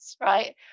right